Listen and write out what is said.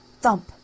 Thump